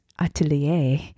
atelier